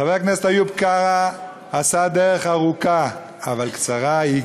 חבר הכנסת איוב קרא עשה דרך ארוכה, אבל קצרה.